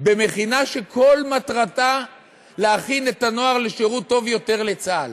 במכינה שכל מטרתה להכין את הנוער לשירות טוב יותר לצה"ל,